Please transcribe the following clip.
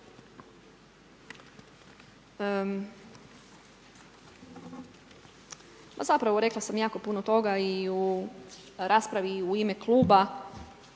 zapravo rekla sam jako puno toga i u raspravi i u ime kluba,